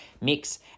mix